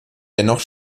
dennoch